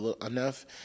enough